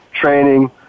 training